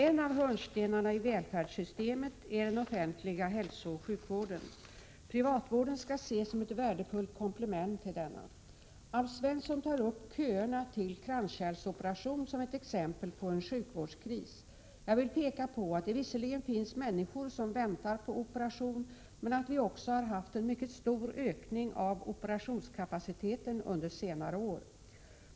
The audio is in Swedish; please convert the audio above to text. En av hörnstenarna i välfärdssystemet är den offentliga hälsooch sjukvården. Privatvården skall ses som ett värdefullt komplement till denna. Alf Svensson tar upp köerna till kranskärlsoperation som ett exempel på en sjukvårdskris. Jag vill peka på att det visserligen finns människor som väntar på operation men att vi också har haft en mycket stor ökning av operationskapaciteten under senare år.